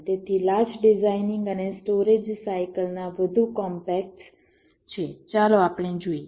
તેથી લાચ ડિઝાઇનીંગ અને સ્ટોરેજ સાયકલ ના વધુ કોમ્પેક્ટ્સ છે ચાલો આપણે જોઈએ